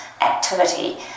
activity